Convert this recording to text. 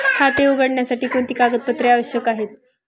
खाते उघडण्यासाठी कोणती कागदपत्रे आवश्यक आहे?